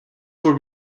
were